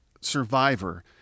Survivor